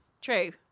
True